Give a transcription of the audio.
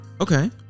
Okay